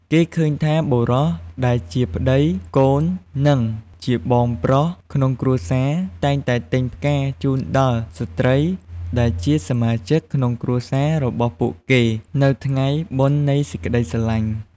គេឃើញថា បុរសដែលជាប្ដី កូន និងជាបងប្រុសក្នុងគ្រួសារតែងតែទិញផ្កាជូនដល់ស្ត្រីដែលជាសមាជិកក្នុងគ្រួសាររបស់ពួកគេនៅថ្ងៃបុណ្យនៃសេចក្ដីស្រឡាញ់។